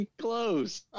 close